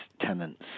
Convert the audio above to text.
tenants